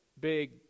big